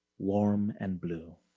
warm and blue.